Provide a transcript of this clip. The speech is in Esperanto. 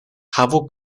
havu